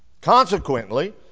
Consequently